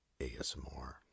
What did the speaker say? ASMR